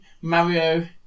Mario